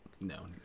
no